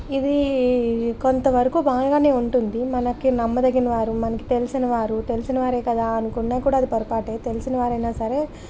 ఇది కొంతవరకు బాగానే ఉంటుంది మనకి నమ్మదగినవారు మనకి తెలిసిన వారు తెలిసిన వారే కదా అనుకున్నా కూడా అది పొరపాటే తెలిసినవారైనా సరే